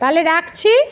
তাহলে রাখছি